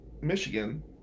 Michigan